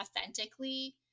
authentically